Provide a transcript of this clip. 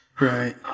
Right